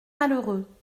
malheureux